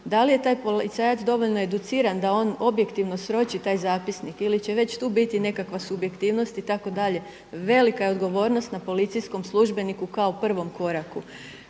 Da li je taj policajac dovoljno educiran da on objektivno sroči taj zapisnik ili će već tu biti nekakva subjektivnost itd. velika je odgovornost na policijskom službeniku kao prvom koraku.